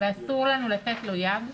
ואסור לנו לתת לו יד,